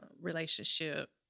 relationship